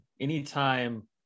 anytime